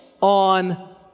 on